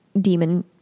demon